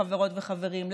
חברות וחברים,